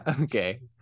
Okay